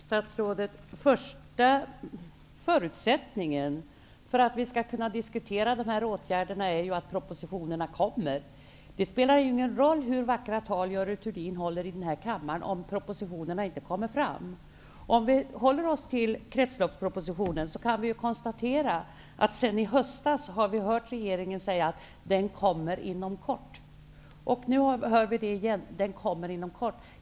Herr talman! Första förutsättningen för att vi skall kunna diskutera dessa åtgärder är att propositionerna läggs fram. Det spelar ingen roll hur vackra tal Görel Thurdin håller i denna kammare om inte propositionerna läggs fram. Regeringen har sedan i höstas sagt att kretsloppspropositionen skall komma inom kort. Nu sägs det igen att den skall komma inom kort.